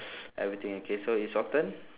everything okay so it's your turn